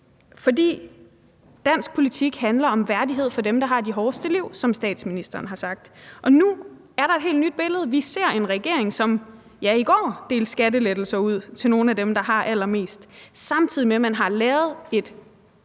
fordi dansk politik handler om værdighed for dem, der har de hårdeste liv, som statsministeren har sagt. Og nu er der et helt nyt billede. Vi ser en regering, som i går delte skattelettelser ud til nogle af dem, der har allermest, samtidig med at man har lavet et